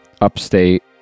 upstate